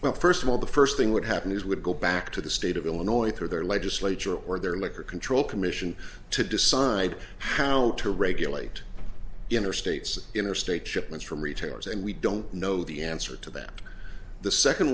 well first of all the first thing would happen is would go back to the state of illinois through their legislature or their liquor control commission to decide how to regulate interstates interstate shipments from retailers and we don't know the answer to that the second